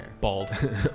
bald